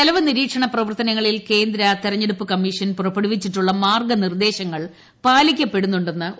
ചെലവു നിരീക്ഷണ പ്രവർത്തനങ്ങളിൽ കേന്ദ്ര തിരഞ്ഞെടുപ്പ് കമ്മീഷൻ പുറപ്പെടു വിച്ചിട്ടുള്ള മാർഗ്ഗനിർദേശങ്ങൾ പ്പാലിക്കപ്പെടുന്നു ണ്ടെന്ന് ഉറപ്പാക്കണം